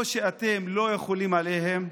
או שאתם לא יכולים עליהם,